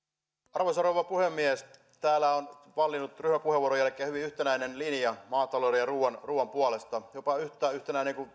arvoisa rouva puhemies täällä on vallinnut ryhmäpuheenvuorojen jälkeen hyvin yhtenäinen linja maatalouden ja ruuan ruuan puolesta jopa yhtä yhtenäinen kuin